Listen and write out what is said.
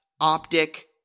optic